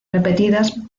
repetidas